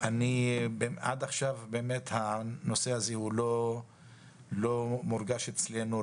עד עכשיו באמת הנושא הזה לא מורגש אצלנו,